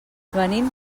venim